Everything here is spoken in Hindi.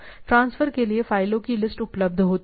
ट्रांसफर के लिए फाइलों की लिस्ट उपलब्ध होती है